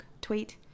tweet